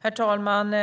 Herr talman!